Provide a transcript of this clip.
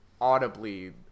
audibly –